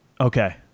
Okay